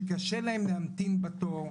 שקשה להם להמתין בתור,